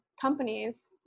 companies